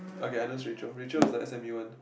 okay I knows Rachel Rachel is the S_M_U one